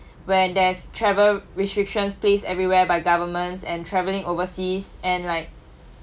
when there's travel restrictions placed everywhere by governments and travelling overseas and like